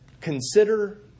consider